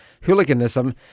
hooliganism